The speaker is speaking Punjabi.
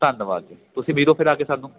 ਧੰਨਵਾਦ ਜੀ ਤੁਸੀਂ ਮਿਲੋ ਫਿਰ ਆ ਕੇ ਸਾਨੂੰ